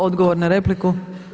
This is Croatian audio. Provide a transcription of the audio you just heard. Odgovor na repliku.